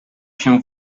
się